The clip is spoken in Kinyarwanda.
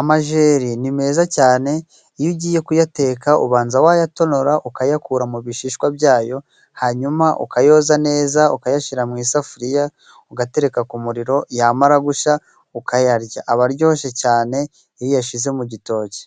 amajeri ni meza cyane iyo ugiye kuyateka ubanza wayatonora ukayakura mu bishishwa byayo hanyuma ukayoza neza ukayashyira mu isafuriya ugatereka ku muriro yamara gushya ukayarya aba aryoshye cyane iyo uyashyize mu gitoki.